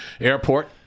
airport